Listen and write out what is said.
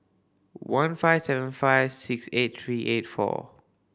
one five seven five six eight three eight four